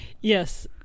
Yes